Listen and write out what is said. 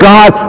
God